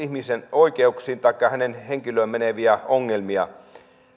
ihmisen oikeuksiin taikka hänen henkilöönsä meneviä ongelmia